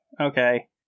Okay